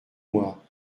moi